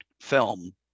film